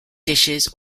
dishes